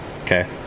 Okay